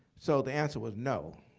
so the answer was no,